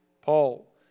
Paul